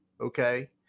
okay